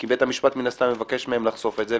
כי בית המשפט מן הסתם יבקש מהם לחשוף את זה,